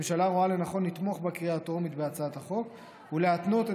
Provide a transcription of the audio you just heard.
הממשלה רואה לנכון לתמוך בקריאה הטרומית בהצעת החוק ולהתנות את